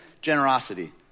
generosity